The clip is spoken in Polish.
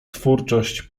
twórczość